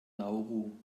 nauru